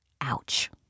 Ouch